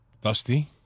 Dusty